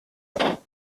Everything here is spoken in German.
nasser